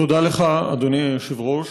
תודה לך, אדוני היושב-ראש.